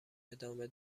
ادامه